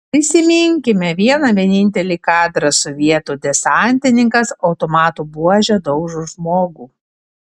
prisiminkime vieną vienintelį kadrą sovietų desantininkas automato buože daužo žmogų